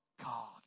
God